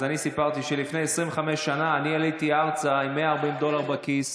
אני סיפרתי שלפני 25 שנה עליתי ארצה עם 140 דולר בכיס.